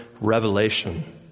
revelation